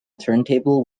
turntable